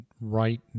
right